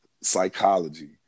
psychology